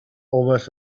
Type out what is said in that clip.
almost